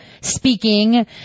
speaking